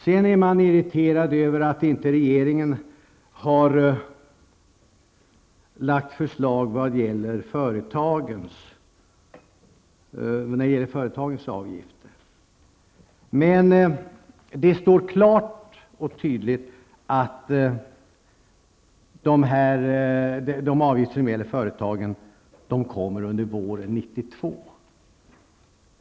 Sedan finns det irritation över att regeringen inte har lagt något förslag vad gäller företagens avgifter. Men det står klart och tydligt att förslag angående avgifter för företagen kommer under våren 1992.